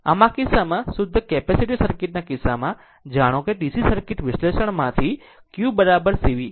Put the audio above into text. આમ આ કિસ્સામાં શુદ્ધ કેપેસિટીવ સર્કિટ ના કિસ્સામાં જાણો DC સર્કિટ વિશ્લેષણમાંથી q C V